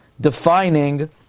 defining